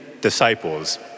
disciples